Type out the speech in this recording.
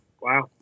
Wow